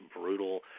brutal